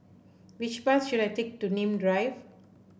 which bus should I take to Nim Drive